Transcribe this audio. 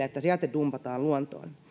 että se jäte dumpataan luontoon